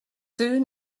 soon